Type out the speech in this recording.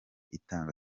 itanga